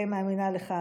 אני די מאמינה לך,